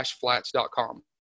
flats.com